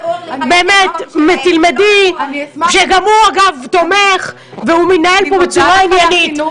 שגם הוא אגב תומך והוא התנהל בצורה עניינית.